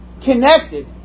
connected